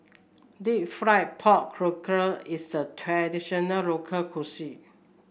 deep fried pork is a traditional local cuisine